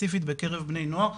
ספציפית בקרב בני נוער,